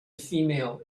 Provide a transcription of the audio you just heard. female